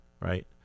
right